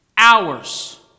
Hours